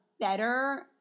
better